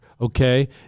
Okay